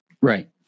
Right